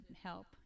help